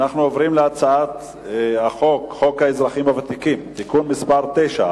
אנחנו עוברים להצעת חוק האזרחים הוותיקים (תיקון מס' 9),